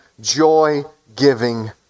joy-giving